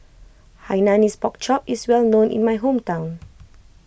Hainanese Pork Chop is well known in my hometown